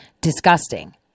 disgusting